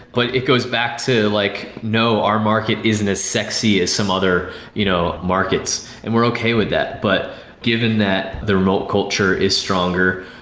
but it goes back to like know our market isn't as sexy as some other you know markets. and we're okay with that, but given that the remote culture is stronger,